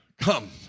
come